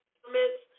comments